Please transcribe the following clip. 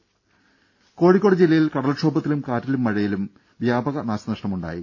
ദേദ കോഴിക്കോട് ജില്ലയിൽ കടൽക്ഷോഭത്തിലും കാറ്റിലും മഴയിലും വ്യാപക നാശനഷ്ടമുണ്ടായി